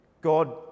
god